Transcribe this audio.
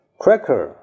cracker 。